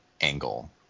angle